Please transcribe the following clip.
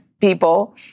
people